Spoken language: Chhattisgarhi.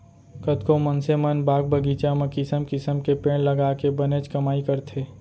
कतको मनसे मन बाग बगीचा म किसम किसम के पेड़ लगाके बनेच कमाई करथे